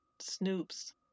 Snoop's